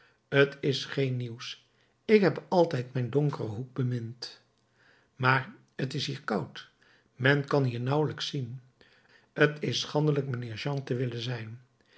t is geen nieuws ik heb altijd mijn donkeren hoek bemind maar t is hier koud men kan hier nauwelijks zien t is schandelijk mijnheer jean te willen zijn